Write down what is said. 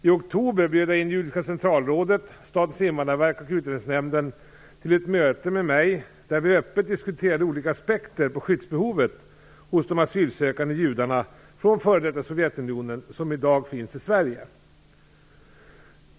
I oktober bjöd jag in Judiska Centralrådet, Statens invandrarverk och Utlänningsnämnden till ett möte där vi öppet diskuterade olika aspekter på skyddsbehovet hos de asylsökande judar från f.d. Sovjetunionen som i dag finns i Sverige.